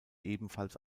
ebenfalls